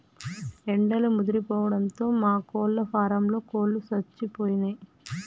ఎండలు ముదిరిపోవడంతో మా కోళ్ళ ఫారంలో కోళ్ళు సచ్చిపోయినయ్